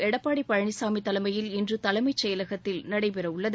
எடப்பாடி பழனிசாமி தலைமையில் இன்று தலைமைச் செயலகத்தில் நடைபெறவுள்ளது